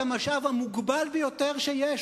את המשאב המוגבל ביותר שיש,